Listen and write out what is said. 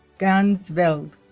ganzeveld